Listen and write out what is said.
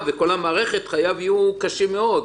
ולעולם הילד לא יהיה על המסלול,